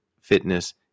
Fitness